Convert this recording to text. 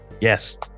Yes